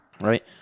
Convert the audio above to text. Right